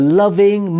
loving